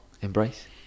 Embrace